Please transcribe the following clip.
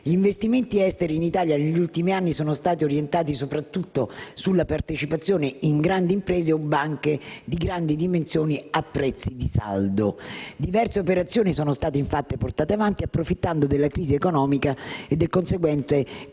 Gli investimenti esteri in Italia negli ultimi anni sono stati orientati soprattutto sulla partecipazione in grandi imprese o banche di grandi dimensioni a prezzi di saldo. Diverse operazioni sono state, infatti, portate avanti approfittando della crisi economica e del conseguente crollo